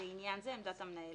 לעניין זה עמדת המנהל.